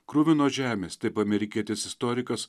kruvinos žemės taip amerikietis istorikas